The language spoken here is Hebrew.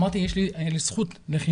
אמרתי - הייתה לי זכות לחינוך,